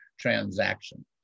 transaction